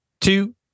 two